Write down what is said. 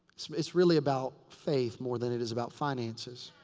it's really about faith more than it is about finances.